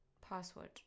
Password